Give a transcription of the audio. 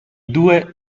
due